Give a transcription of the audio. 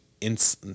ins